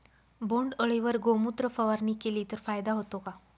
बोंडअळीवर गोमूत्र फवारणी केली तर फायदा होतो का?